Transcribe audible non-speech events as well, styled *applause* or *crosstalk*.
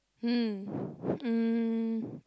hmm *breath* um